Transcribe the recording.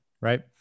right